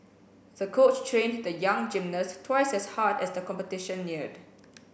the coach trained the young gymnast twice as hard as the competition neared